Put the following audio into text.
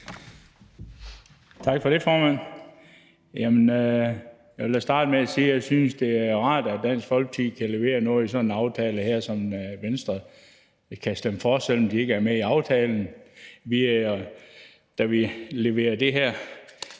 Tak for det, formand. Jeg vil da starte med at sige, at jeg synes, det er rart, at Dansk Folkeparti kan levere noget til en aftale som den her, som Venstre kan stemme for, selv om de ikke er med i aftalen. Da vi indleverede vores